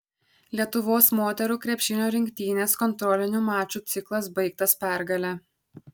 lietuvos moterų krepšinio rinktinės kontrolinių mačų ciklas baigtas pergale